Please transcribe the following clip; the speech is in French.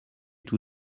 tout